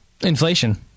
Inflation